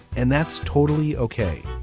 and that's totally okay.